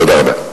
תודה רבה.